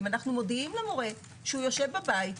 אלא אנחנו מודיעים למורה שהוא יושב בבית,